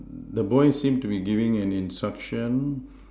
the boy seem to be giving an instruction